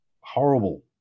horrible